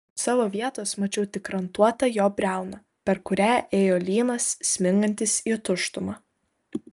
iš savo vietos mačiau tik rantuotą jo briauną per kurią ėjo lynas smingantis į tuštumą